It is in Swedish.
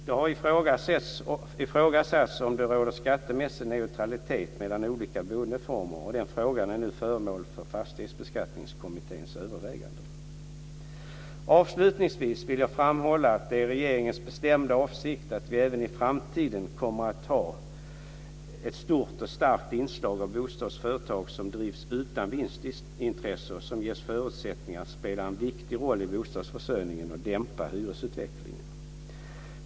Det har ifrågasatts om det råder skattemässig neutralitet mellan olika boendeformer och den frågan är nu föremål för Fastighetsbeskattningskommitténs överväganden. Avslutningsvis vill jag framhålla att det är regeringens bestämda avsikt att vi även i framtiden kommer att ha ett stort och starkt inslag av bostadsföretag som drivs utan vinstintresse och som ges förutsättningar att spela en viktig roll i bostadsförsörjningen och att dämpa hyresutvecklingen.